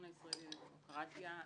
הישראלי לדמוקרטיה.